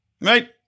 right